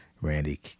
Randy